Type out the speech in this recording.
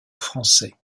français